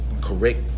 correct